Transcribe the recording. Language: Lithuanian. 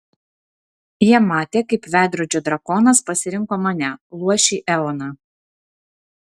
jie matė kaip veidrodžio drakonas pasirinko mane luošį eoną